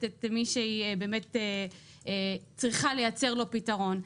את מי שהיא צריכה לייצר לו פתרון.